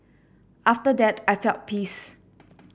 after that I felt peace